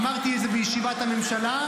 אמרתי את זה בישיבת הממשלה,